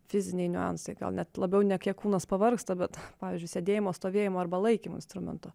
fiziniai niuansai gal net labiau ne kiek kūnas pavargsta vat pavyzdžiui sėdėjimo stovėjimo arba laikymo instrumento